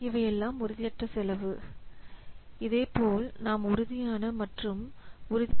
இவையெல்லாம் உறுதியற்ற செலவு அதேபோல் நாம் உறுதியான மற்றும் உறுதியற்ற செலவை பார்த்தோம்